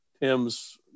Tim's